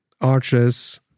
Arches